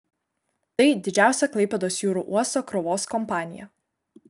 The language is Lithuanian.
tai didžiausia klaipėdos jūrų uosto krovos kompanija